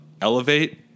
elevate